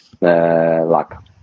luck